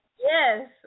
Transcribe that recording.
Yes